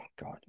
God